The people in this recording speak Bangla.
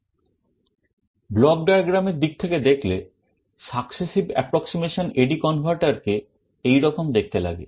Block diagram এর দিক থেকে দেখলে successive approximation AD converter কে এইরকম দেখতে লাগে